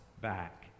back